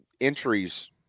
entries –